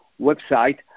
website